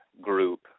group